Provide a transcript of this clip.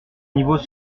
niveaux